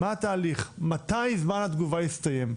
מה התהליך, מתי זמן התגובה יסתיים.